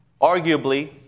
Arguably